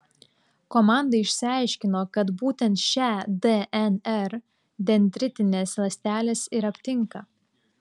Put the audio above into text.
komanda išsiaiškino kad būtent šią dnr dendritinės ląstelės ir aptinka